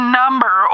number